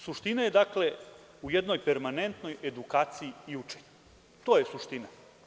Suština je u jednoj permanentnoj edukaciji i učenju, to je suština.